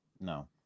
No